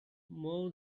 mow